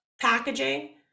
packaging